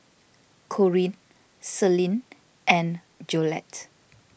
Corine Celine and Jolette